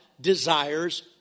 desires